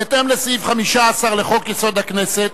בהתאם לסעיף 15 לחוק-יסוד: הכנסת,